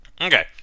okay